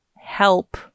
help